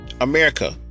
America